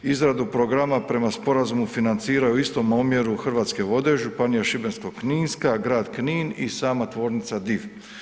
Izradu programa prema sporazumu financiraju u istom omjeru Hrvatske vode, Županija Šibensko-kninska, grad Knin i sama tvornica Div.